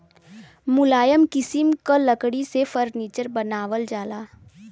मुलायम किसिम क लकड़ी से फर्नीचर बनावल जाला